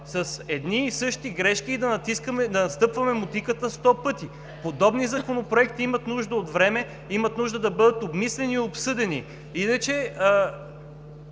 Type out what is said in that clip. с едни и същи грешки, да натискаме и настъпваме мотиката сто пъти! Подобни законопроекти имат нужда от време, имат нужда да бъдат обмислени и обсъдени. Иначе